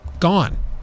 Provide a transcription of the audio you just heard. gone